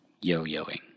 yo-yoing